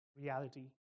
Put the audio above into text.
reality